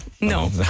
no